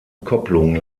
kopplung